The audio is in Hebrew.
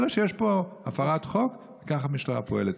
אלא שיש פה הפרת חוק וככה המשטרה פועלת,